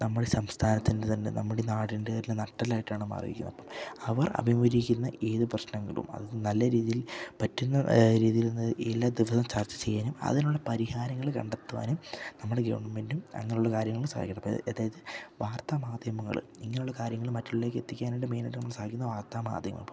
നമ്മുടെ സംസ്ഥാനത്തിൻ്റെ തന്നെ നമ്മുടെ നാടിൻ്റെ തന്നെ നട്ടലായിട്ടാണ് മാറിയിരിക്കുന്നത് അപ്പം അവർ അഭിമുഖരിക്കുന്ന ഏത് പ്രശ്നങ്ങളും അത് നല്ല രീതിയിൽ പറ്റുന്ന രീതിയിൽ നിന്ന് എല്ലാ ദിവസവും ചർച്ച ചെയ്യാനും അതിനുള്ള പരിഹാരങ്ങൾ കണ്ടെത്തുവാനും നമ്മുടെ ഗവൺമെൻറ്റും അങ്ങനുള്ള കാര്യങ്ങളും സഹായിക്കണം അപ്പം അതായത് വാർത്താ മാധ്യമങ്ങൾ ഇങ്ങനുള്ള കാര്യങ്ങൾ മറ്റുള്ളവർക്ക് എത്തിക്കാനായിട്ട് മെയിനായിട്ട് നമ്മൾ സഹായിക്കുന്ന വാർത്താ മാധ്യമം അപ്പം